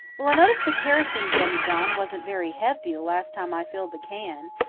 well, i noticed the kerosene demijohn wasn't very hefty the last time i filled the can.